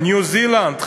ניו-זילנד,